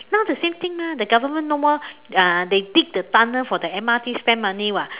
now the same thing mah the government no more uh they dig the tunnel for the M_R_T spend money [what]